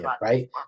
right